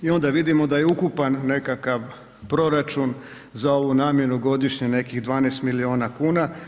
I onda vidimo da je ukupan nekakav proračun za ovu namjenu godišnje nekih 12 miliona kuna.